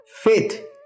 faith